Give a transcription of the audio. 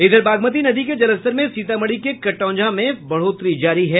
इधर बागमती नदी के जलस्तर में सीतामढ़ी के कटौंझा में बढ़ोतरी जारी है